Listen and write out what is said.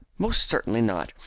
most certainly not.